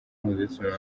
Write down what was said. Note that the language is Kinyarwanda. mpuzabitsina